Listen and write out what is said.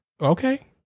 Okay